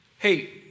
hey